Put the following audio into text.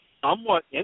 Somewhat